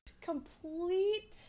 Complete